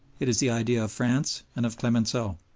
it is the idea of france and of clemenceau.